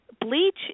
Bleach